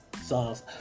songs